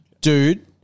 dude